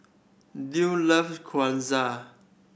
Duard loves Gyoza